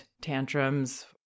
tantrums